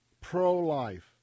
pro-life